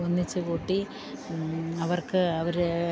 ഒന്നിച്ചുകൂട്ടി അവർക്ക് അവര്